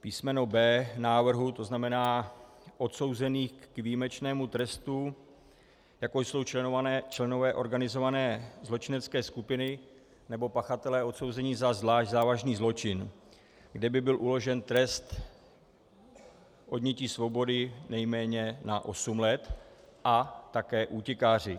písm. b) návrhu, to znamená odsouzených k výjimečnému trestu, jako jsou členové organizované zločinecké skupiny nebo pachatelé odsouzení za zvlášť závažný zločin, kde by byl uložen trest odnětí svobody nejméně na osm let, a také útěkáři.